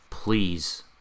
Please